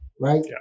right